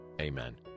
Amen